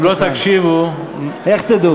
אם לא תקשיבו, איך תדעו?